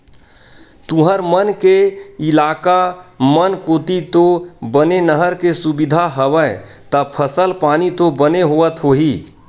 तुंहर मन के इलाका मन कोती तो बने नहर के सुबिधा हवय ता फसल पानी तो बने होवत होही?